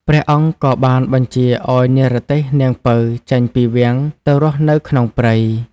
ព្រះអង្គក៏បានបញ្ជាឲ្យនិរទេសនាងពៅចេញពីវាំងទៅរស់នៅក្នុងព្រៃ ។